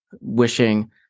wishing